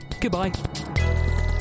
goodbye